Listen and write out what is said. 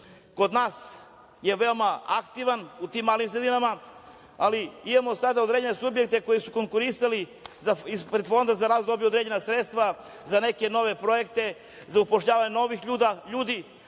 kod nas je veoma aktivan u tim malim sredinama, ali imamo sada određene subjekte koji su konkurisali ispred Fonda za razvoj da dobiju određena sredstva za neke nove projekte, za upošljavanje novih ljudi